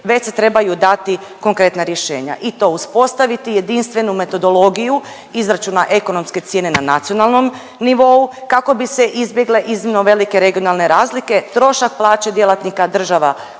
već se trebaju dati konkretna rješenja i to uspostaviti jedinstvenu metodologiju izračuna ekonomske cijene na nacionalnom nivou kako bi se izbjegle iznimno velike regionalne razlike, trošak plaće djelatnika država